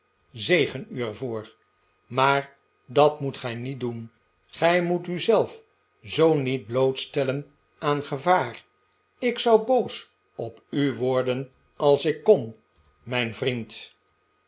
u er voor maar dat moet gij niet doen gij moet u zelf zoo niet blootstellen aan gevaar ik zou boos op u worden als ik kon r mijn vriend